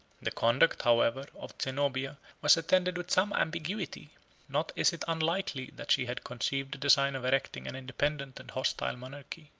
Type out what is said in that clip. the conduct, however, of zenobia, was attended with some ambiguity not is it unlikely that she had conceived the design of erecting an independent and hostile monarchy.